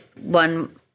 one